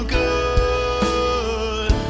good